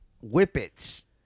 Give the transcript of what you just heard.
whippets